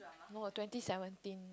no twenty seventeen